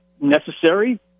necessary